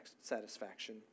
satisfaction